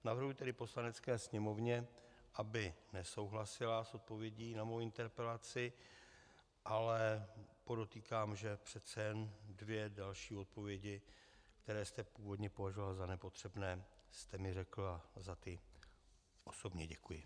Navrhuji tedy Poslanecké sněmovně, aby nesouhlasila s odpovědí na mou interpelaci, ale podotýkám, že přece jen dvě další odpovědi, které jste původně považoval za nepotřebné, jste mi řekl a za ty osobně děkuji.